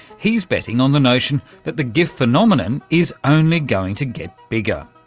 he's betting on the notion that the gif phenomenon is only going to get bigger.